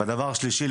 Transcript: הדבר השלישי,